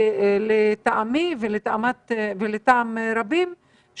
לטעמי ולטעמם של רבים,